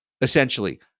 essentially